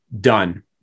done